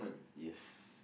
yes